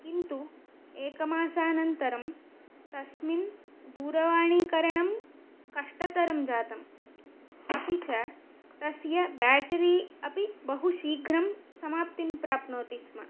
किन्तु एकमासानन्तरं तस्मिन् दूरवाणीकरणं कष्टतरं जातम् अपि च तस्य बेटरी अपि बहुशीघ्रं समाप्तिं प्राप्नोति स्म